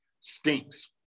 Stinks